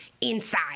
inside